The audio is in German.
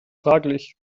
fraglich